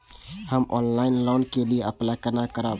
हम online loan के लिए अप्लाई केना करब?